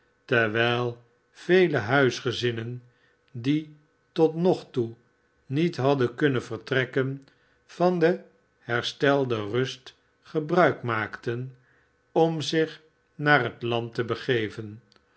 terwijl vele huisgezinnen die tot nog toe niet hadden kunnen vertrekken van de herstelde rust gebruik maakten om zich naar het land te begeven